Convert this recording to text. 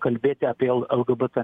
kalbėti apie l lgbt